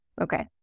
Okay